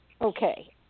Okay